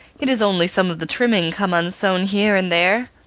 it is only some of the trimming come unsewn here and there.